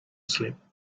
slept